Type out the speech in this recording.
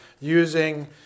using